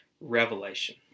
revelation